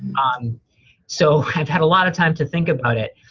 um so i've had a lot of time to think about it.